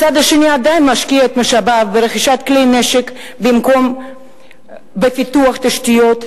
הצד השני עדיין משקיע את משאביו ברכישת כלי נשק במקום בפיתוח תשתיות,